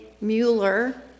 Mueller